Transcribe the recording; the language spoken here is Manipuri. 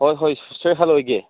ꯍꯣꯏ ꯍꯣꯏ ꯁꯣꯏꯍꯜꯂꯣꯏꯒꯦ